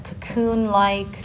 cocoon-like